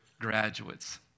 graduates